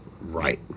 Right